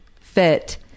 fit